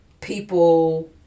people